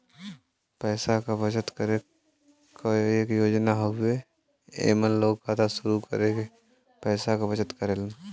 पैसा क बचत करे क एक योजना हउवे एमन लोग खाता शुरू करके पैसा क बचत करेलन